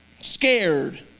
scared